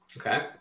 okay